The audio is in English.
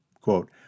Quote